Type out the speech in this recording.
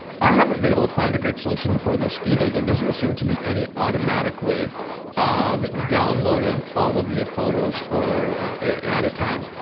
i haven't been able to find a great solution for this either. there doesn't seem to be any automatic way of downloading all of your photos at a time.